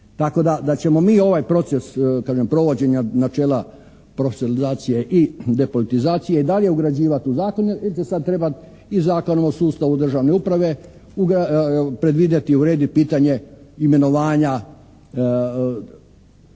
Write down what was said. tako da ćemo mi ovaj proces provođenja načela profesionalizacije i depolitizacije i dalje ugrađivati u zakon jer će sada trebati i Zakon o sustavu državne uprave predvidjeti, urediti pitanje imenovanja